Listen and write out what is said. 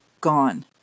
Gone